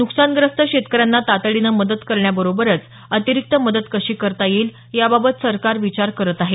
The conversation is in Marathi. नुकसानग्रस्त शेतकऱ्यांना तातडीनं मदत करण्याबरोबरच अतिरिक्त मदत कशी करता येईल याबाबत सरकार विचार करत आहे